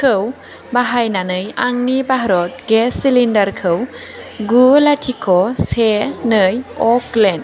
खौ बाहायनानै आंनि भारत गेस सिलिन्डारखौ गु लाथिख' से नै अकलेण्ड